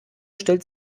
stellt